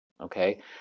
Okay